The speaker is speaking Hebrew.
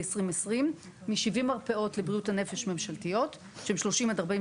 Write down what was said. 2020 מ-70 מרפאות ממשלתיות לבריאות הנפש,